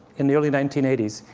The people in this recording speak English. in the early nineteen eighty s,